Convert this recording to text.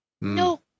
no